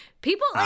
people